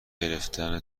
گرفتن